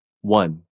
One